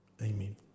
Amen